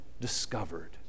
discovered